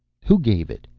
who gave it?